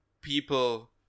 people